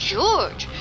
George